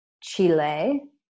Chile